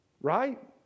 right